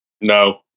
No